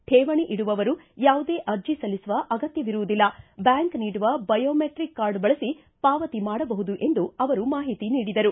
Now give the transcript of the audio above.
ಕೇವಣಿ ಇಡುವವರು ಯಾವುದೇ ಅರ್ಜಿ ಸಲ್ಲಿಸುವ ಅಗತ್ತವಿರುವುದಿಲ್ಲ ಬ್ಯಾಂಕ್ ನೀಡುವ ಬಯೋಮೆಟ್ರಿಕ್ ಕಾರ್ಡ್ ಬಳಸಿ ಪಾವತಿ ಮಾಡಬಹುದು ಎಂದು ಅವರು ಮಾಹಿತಿ ನೀಡಿದರು